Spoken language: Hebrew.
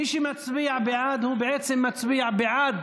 מי שמצביע בעד בעצם מצביע בעד